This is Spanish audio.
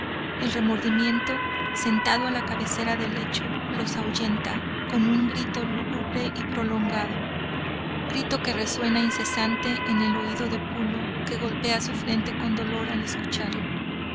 el remordimiento sentado a la cabecera del lecho los ahuyenta con un grito lúgubre y prolongado grito que resuena incesante en el oído de pulo que golpea su frente con dolor al escucharlo